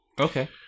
Okay